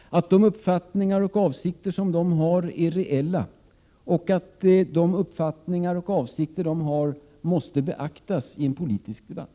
och att de uppfattningar och avsikter som de har är reela. Dessa uppfattningar och avsikter måste beaktas i en politisk debatt.